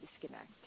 disconnect